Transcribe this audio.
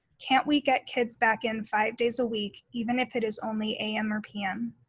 can't we get kids back in five days a week, even if it is only a m. or p m,